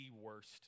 worst